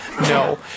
No